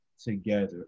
together